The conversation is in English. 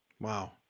Wow